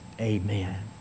amen